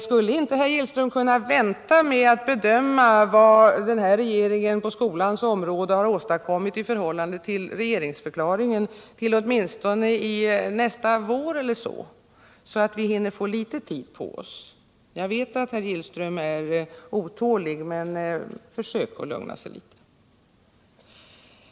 Skulle inte herr Gillström kunna vänta med att bedöma vad denna regering har åstadkommit på skolans område i förhållande till regeringsförklaringen till ååminstone nästa vår, så att vi får litet tid på oss? Jag vet att herr Gillström är otålig, men försök att lugna sig litet.